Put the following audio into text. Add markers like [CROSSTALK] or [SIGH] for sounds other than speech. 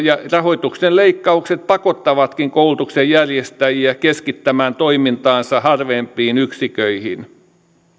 [UNINTELLIGIBLE] ja rahoituksen leikkaukset pakottavatkin koulutuksen järjestäjiä keskittämään toimintaansa harvempiin yksiköihin